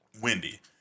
windy